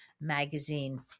Magazine